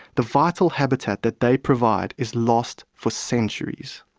the vital habitat that they provide is lost for centuries.